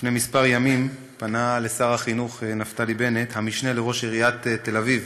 לפני כמה ימים פנה לשר החינוך נפתלי בנט המשנה לראש עיריית תל-אביב